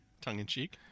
tongue-in-cheek